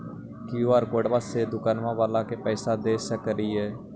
QR कोडबा से दुकनिया बाला के पैसा दे सक्रिय?